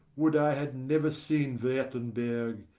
would i had never seen wertenberg,